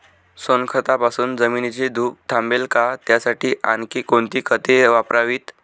सोनखतापासून जमिनीची धूप थांबेल का? त्यासाठी आणखी कोणती खते वापरावीत?